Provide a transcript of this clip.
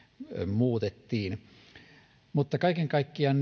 muutettiin mutta kaiken kaikkiaan